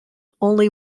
only